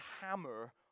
hammer